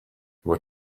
what